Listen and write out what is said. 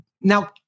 Now